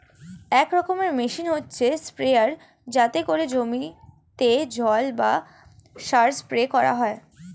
এক রকমের মেশিন হচ্ছে স্প্রেয়ার যাতে করে জমিতে জল বা সার স্প্রে করা যায়